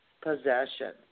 possession